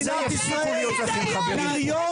יפסיקו להיות לכם חברים -- וואו.